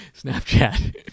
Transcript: Snapchat